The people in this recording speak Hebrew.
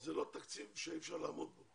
זה לא תקציב שאי אפשר לעמוד בו.